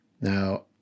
Now